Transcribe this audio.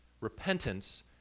repentance